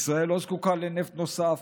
ישראל לא זקוקה לנפט נוסף.